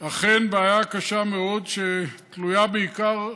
אכן, בעיה קשה מאוד, שתלויה בעיקר,